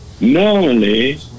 Normally